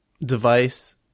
device